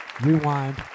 Rewind